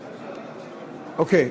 אוקיי.